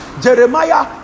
Jeremiah